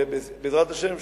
ובעזרת השם,